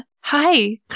hi